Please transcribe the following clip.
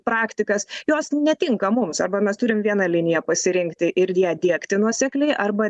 praktikas jos netinka mums arba mes turim vieną liniją pasirinkti ir ją diegti nuosekliai arba